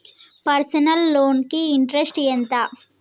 Personal loan కి interest ఎంత?